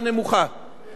אדוני היושב-ראש,